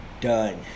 done